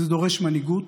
זה דורש מנהיגות,